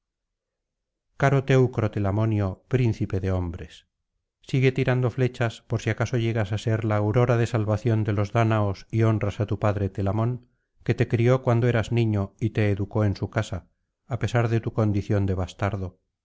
caro teucro telamonio príncipe de hombres sigue tirando flechas por si acaso llegas á ser la aurora de salvación de los dáñaos y honras á tu padre telamón que te crió cuando eras niño y te educó en su casa á pesar de tu condición de bastardo